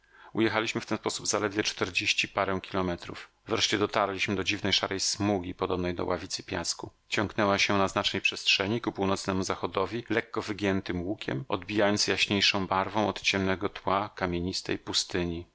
ujechaliśmy w ten sposób zaledwie czterdzieści parę kilometrów wreszcie dotarliśmy do dziwnej szarej smugi podobnej do ławicy piasku ciągnęła się na znacznej przestrzeni ku północnemu zachodowi lekko wygiętym łukiem odbijając jaśniejszą barwą od ciemnego tła kamienistej pustyni